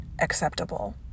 acceptable